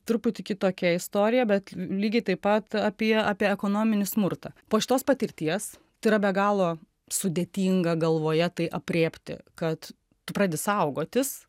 truputį kitokia istorija bet lygiai taip pat apie apie ekonominį smurtą po šitos patirties tai yra be galo sudėtinga galvoje tai aprėpti kad tu pradedi saugotis